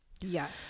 Yes